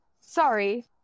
sorry